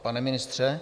Pane ministře?